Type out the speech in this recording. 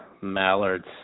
Mallards